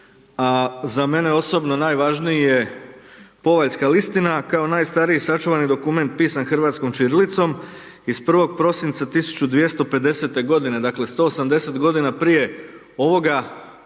za mene osobno najvažniji je Povaljska listina kao najstariji sačuvani dokument pisan hrvatskom ćirilicom iz 1. prosinca 1250. godine, dakle 180 godina prije ovoga dokumenta